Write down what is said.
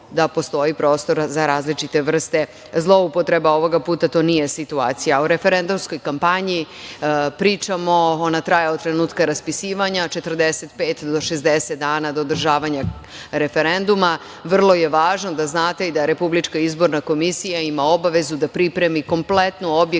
da postoji prostora za različite vrste zloupotreba, a ovoga puta to nije situacija.O referendumskoj kampanji pričamo, ona traje od trenutka raspisivanja 45 do 60 dana do održavanja referenduma. Vrlo je važno da znate da i RIK ima obavezu da pripremi kompletnu objektivnu